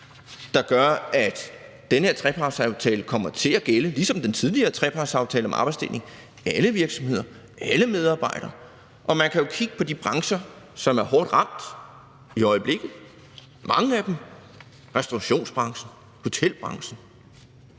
der gør, at den her trepartsaftale – ligesom den tidligere trepartsaftale om arbejdsfordeling – kommer til at gælde for alle virksomheder, alle medarbejdere. Og man kan jo kigge på de mange brancher, som er hårdt ramt i øjeblikket: restaurationsbranchen, hotelbranchen,